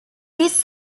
this